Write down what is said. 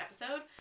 episode